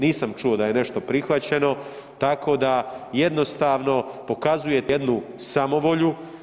Nisam čuo da je nešto prihvaćeno tako da jednostavno pokazujete jednu samovolju.